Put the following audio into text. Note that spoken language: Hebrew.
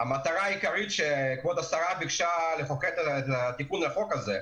המטרה העיקרית שכבוד השרה ביקשה לחוקק עליה את התיקון לחוק הזה.